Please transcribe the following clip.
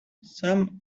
some